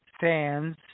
fans